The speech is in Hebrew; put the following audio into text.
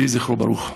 יהי זכרו ברוך.